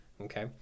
okay